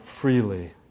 freely